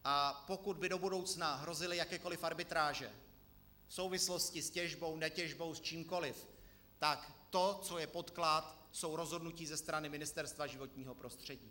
A pokud by do budoucna hrozily jakékoliv arbitráže v souvislosti s těžbou, netěžbou, s čímkoliv, tak to, co je podklad, jsou rozhodnutí ze strany Ministerstva životního prostředí.